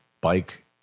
bike